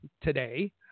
today